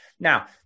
Now